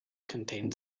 contained